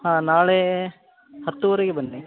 ಹಾಂ ನಾಳೆ ಹತ್ತುವರೆಗೆ ಬನ್ನಿ